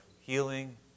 healing